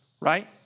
right